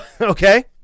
Okay